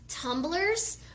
tumblers